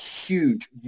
huge